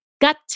gut